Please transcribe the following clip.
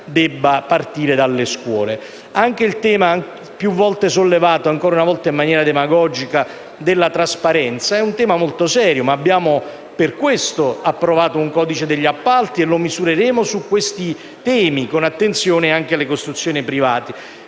debba partire dalle scuole. Anche il tema più volte sollevato, ancora una volta in maniera demagogica, della trasparenza è molto serio. Perciò abbiamo approvato un codice degli appalti e lo misureremo su questi temi, con attenzione anche in ordine alle costruzioni private.